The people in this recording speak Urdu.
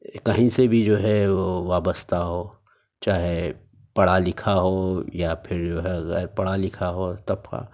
کہیں سے بھی جو ہے وہ وابستہ ہو چاہے پڑھا لکھا ہو یا پھر جو ہے غیر پڑھا لکھا ہو اور طبقہ